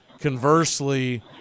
conversely